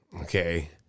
Okay